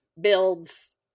builds